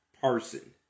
person